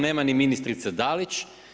Nema ni ministrice Dalić.